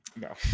No